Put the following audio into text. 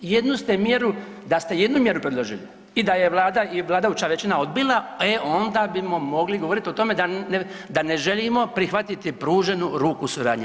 Jednu ste mjeru, da ste jednu mjeru predložili i da ju je Vlada i vladajuća većina odbila e onda bismo mogli govoriti o tome da ne želimo prihvatiti pruženu ruku suradnje.